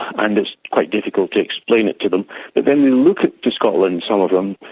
and it's quite difficult to explain it to them. but then they look to scotland, some of them,